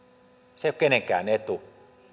se ei ole kenenkään etu